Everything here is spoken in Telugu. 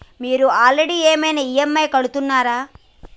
మీరు ఆల్రెడీ ఏమైనా ఈ.ఎమ్.ఐ కడుతున్నారా?